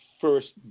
first